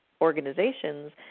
organizations